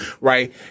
Right